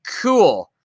cool